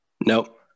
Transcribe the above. Nope